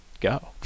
go